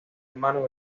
humanos